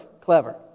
Clever